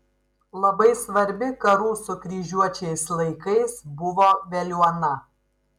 labai svarbi karų su kryžiuočiais laikais buvo veliuona